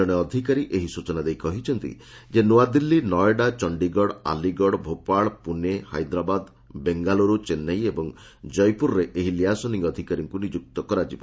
ଜଣେ ଅଧିକାରୀ ଏହି ସୂଚନା ଦେଇ କହିଛନ୍ତି ଯେ ନୂଆଦିଲ୍ଲୀ ନଏଡା ଚଣ୍ଡୀଗଡ଼ ଆଲିଗଡ଼ ଭୋପାଳ ପୁନେ ହାଇଦ୍ରାବାଦ ବେଙ୍ଗାଲୁରୁ ଚେନ୍ନାଇ ଏବଂ ଜୟପୁରରେ ଏହି ଲିଆସନିଂ ଅଧିକାରୀଙ୍କୁ ନିଯୁକ୍ତ କରାଯିବ